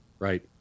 right